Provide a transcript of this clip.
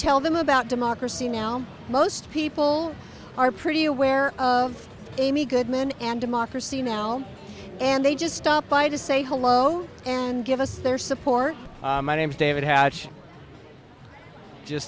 tell them about democracy now most people are pretty aware of amy goodman and democracy now and they just stop by to say hello and give us their support my name's david had just